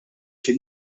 fil